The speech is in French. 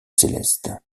célestes